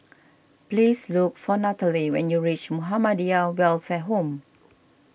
please look for Nataly when you reach Muhammadiyah Welfare Home